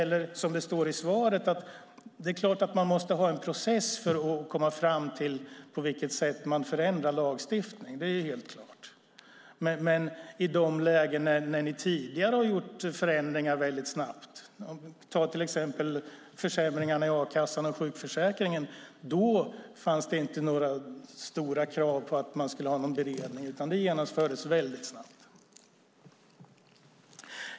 Det står i svaret att man måste ha en process för att komma fram till på vilket sätt man förändrar lagstiftning. Det är helt klart. Men i de lägen där ni tidigare har gjort förändringar väldigt snabbt, till exempel försämringarna i a-kassan och sjukförsäkringen, fanns det inte några stora krav på att man skulle ha någon beredning. Det genomfördes väldigt snabbt.